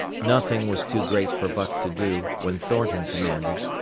nothing was too great for buck to do, when thornton commanded.